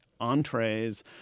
Entrees